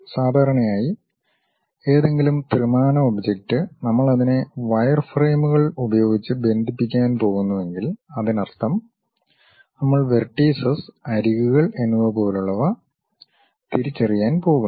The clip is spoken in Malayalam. സാധാരണയായി ഏതെങ്കിലും ത്രിമാന ഒബ്ജക്റ്റ് നമ്മൾ അതിനെ വയർഫ്രെയിമുകൾ ഉപയോഗിച്ച് ബന്ധിപ്പിക്കാൻ പോകുന്നുവെങ്കിൽ അതിനർത്ഥം നമ്മൾ വെർട്ടീസസ് അരികുകൾ എന്നിവ പോലുള്ളവ തിരിച്ചറിയാൻ പോകുന്നു